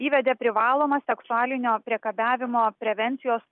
įvedė privalomą seksualinio priekabiavimo prevencijos